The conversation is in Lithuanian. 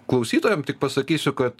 klausytojam tik pasakysiu kad